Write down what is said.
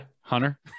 Hunter